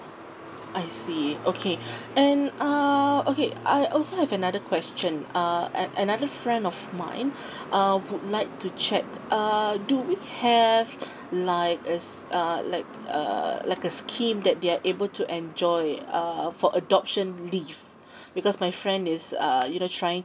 I see okay and uh okay I also have another question uh a~ another friend of mine uh would like to check uh do we have like uh s~ uh like a like a scheme that they are able to enjoy uh for adoption leave because my friend is uh you know trying